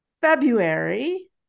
February